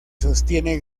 sostiene